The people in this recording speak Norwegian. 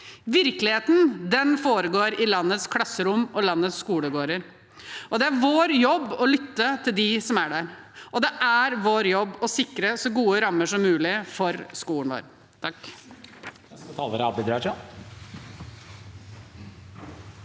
Virkeligheten foregår i landets klasserom og landets skolegårder. Det er vår jobb å lytte til dem som er der, og det er vår jobb å sikre så gode rammer som mulig for skolen vår.